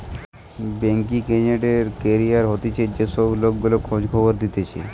banking agent এর career হতিছে যে সব লোক গুলা খোঁজ খবর দিতেছে